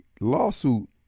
lawsuit